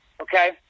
okay